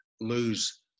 lose